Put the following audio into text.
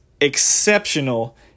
exceptional